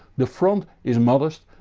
the front is modest,